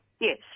Yes